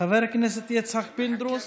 חברת הכנסת קרן ברק נמצאת?